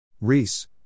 Reese